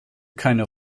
keine